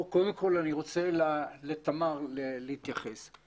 אני רוצה קודם כל להתייחס לדבריה של חברת הכנסת תמר זנדברג.